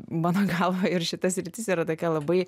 mano galva ir šita sritis yra tokia labai